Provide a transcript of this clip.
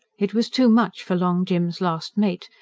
it was too much for long jim's last mate,